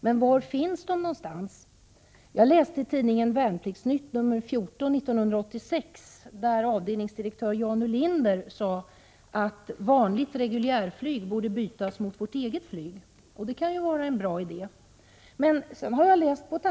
Men var finns dessa? I tidningen Värnpliktsnytt nr 14/1986 säger avdelningsdirektör Jan Ulinder att vanligt reguljärt flyg borde bytas mot vårt eget flyg, dvs. militärt flyg, och det kan ju vara en bra idé.